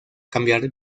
cambiar